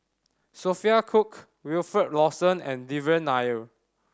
Sophia Cooke Wilfed Lawson and Devan Nair